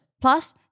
Plus